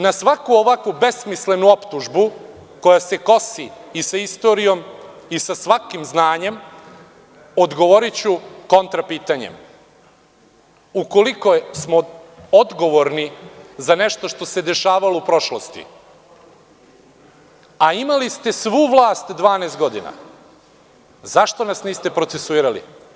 Na svaku ovakvu besmislenu optužbu koja se kosi i sa istorijom i sa svakim znanjem, odgovoriću kontrapitanjem – ukoliko smo odgovorni za nešto što se dešavalo u prošlosti, a imali ste svu vlast 12 godina, zašto nas niste procesuirali?